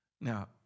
Now